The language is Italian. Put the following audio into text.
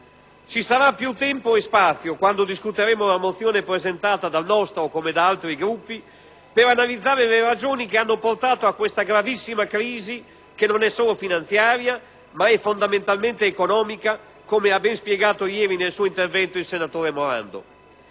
Ci sarà più tempo e spazio, quando discuteremo la mozione presentata dal nostro come da altri Gruppi, per analizzare le ragioni che hanno portato a questa gravissima crisi, che non è solo finanziaria, ma è fondamentalmente economica, come ha ben spiegato ieri, nel suo intervento, il senatore Morando.